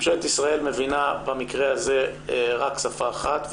ממשלת ישראל מבינה במקרה הזה רק שפה אחת,